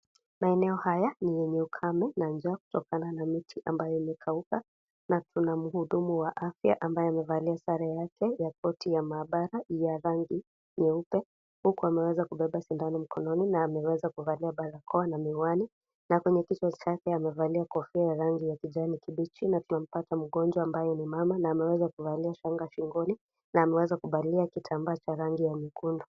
Maeneo haya ni yenye ukame na njaa kutokana na miti ambayo imekauka. Na kuna mhudumu wa afya ambaye amevalia sare yake ya koti ya maabara ya rangi nyeupe huku ameweza kubeba sindano mkononi na ameweza kuvalia barakoa na miwani na kwenye kichwa chake amevalia kofia ya rangi ya kijani kibichi na tunampata mgonjwa ambaye ni mama na ameweza kuvalia shanga shingoni na ameweza kuvalia kitambaa cha rangi ya nyekundu.